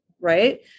right